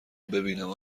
ببینم